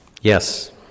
Yes